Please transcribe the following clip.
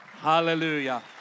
Hallelujah